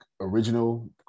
original